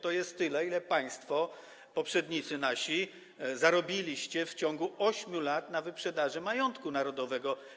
To jest tyle, ile państwo, nasi poprzednicy, zarobiliście w ciągu 8 lat na wyprzedaży majątku narodowego.